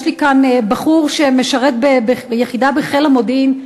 יש לי כאן בחור שמשרת ביחידה בחיל המודיעין,